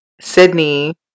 Sydney